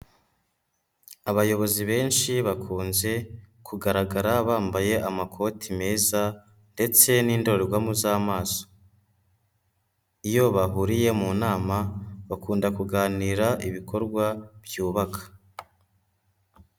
Abayobozi benshi bakunze kugaragara bambaye amakoti meza ndetse n'indorerwamo z'amaso, iyo bahuriye mu nama, bakunda kuganira ibikorwa byubaka.